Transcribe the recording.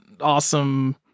awesome